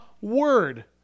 Word